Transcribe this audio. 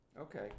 Okay